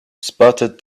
spotted